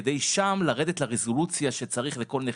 כדי שם לרדת לרזולוציה שצריך לכל נכה,